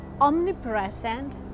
omnipresent